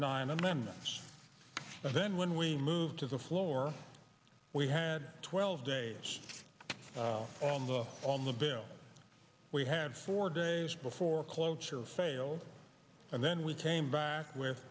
nine amendments but then when we moved to the floor we had twelve days on the on the bill we had four days before cloture failed and then we came back with